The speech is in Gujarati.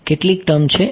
કેટલી ટર્મ છે